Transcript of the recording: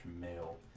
male